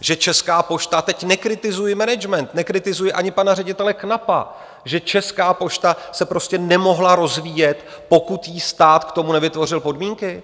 Že Česká pošta teď nekritizuji management, nekritizuji ani pana ředitele Knapa že Česká pošta se prostě nemohla rozvíjet, pokud jí stát k tomu nevytvořil podmínky?